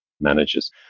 managers